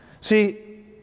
See